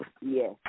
Yes